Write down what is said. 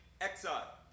exile